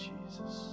Jesus